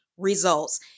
Results